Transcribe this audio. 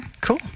cool